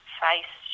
face